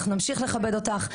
אנחנו נמשיך לכבד אותך.